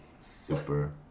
super